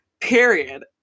period